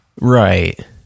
Right